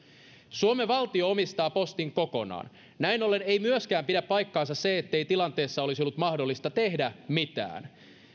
suomen valtio omistaa postin kokonaan näin ollen ei myöskään pidä paikkaansa se ettei tilanteessa olisi ollut mahdollista tehdä mitään